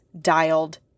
dialed